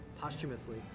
Posthumously